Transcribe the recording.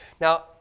Now